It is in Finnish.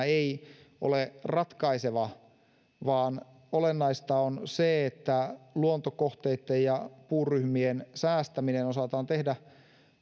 ei ole ratkaiseva vaan olennaista on se että luontokohteitten ja puuryhmien säästäminen osataan tehdä